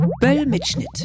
Böll-Mitschnitt